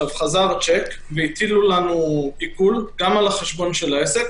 חזר השיק והטילו לנו עיקול גם על חשבון העסק